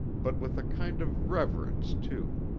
but with a kind of reverence, too.